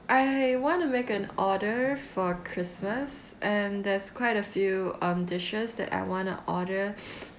I want to make an order for christmas and there's quite a few um dishes that I wanna order